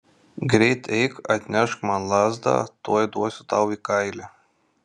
greit eik atnešk man lazdą tuoj duosiu tau į kailį